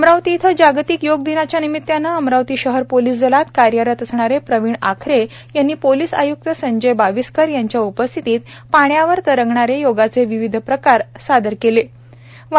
अमरावती इथं जागतिक योग दिनाच्या निमित्तानं अमरावती शहर पोलिस दलात कार्यरत असणारे प्रवीण आखरे यांनी पोलिस आय्क्त संजय बाविस्कर यांच्या उपस्थितीत पाण्यावर तरंगणारे योगाचे विविध प्रकार सादर करण्ण्यात आले